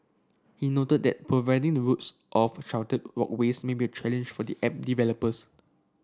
he noted that providing the routes of sheltered walkways may be a challenge for the app developers